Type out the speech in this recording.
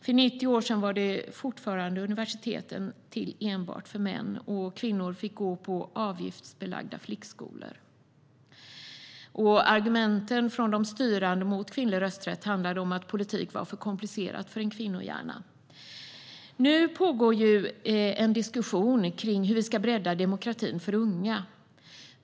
För 90 år sedan var universiteten fortfarande till enbart för män. Kvinnor fick gå på avgiftsbelagda flickskolor. Argumenten från de styrande mot kvinnlig rösträtt handlade om att politik var för komplicerat för en kvinnohjärna. Nu pågår en diskussion om hur vi ska bredda demokratin för unga.